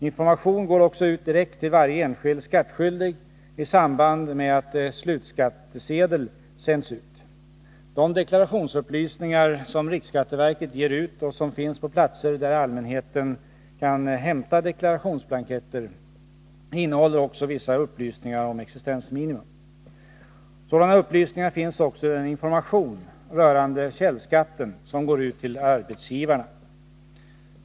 Information går också ut direkt till varje enskild skattskyldig i samband med att slutskattesedel sänds ut. De deklarationsupplysningar som riksskatteverket ger ut och som finns på platser där allmänheten kan hämta deklarationsblanketter innehåller också vissa upplysningar om existensminimum. Sådana upplysningar finns också i den information rörande källskatten som går ut till arbetsgivarna.